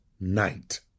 night